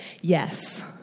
Yes